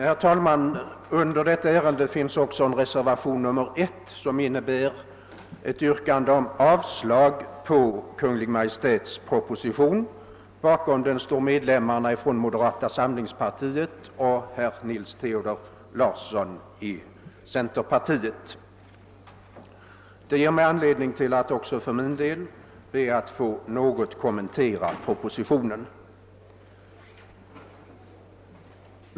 Herr talman! Under detta ärende finns också en reservation — nr 1 — som innebär yrkande om avslag på Kungl. Maj:ts proposition. Bakom den står medlemmarna från moderata samlingspartiet och herr Nils Theodor Larsson från centerpartiet. Detta ger mig anledning att också för min del något kommentera propositionen.